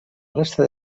resta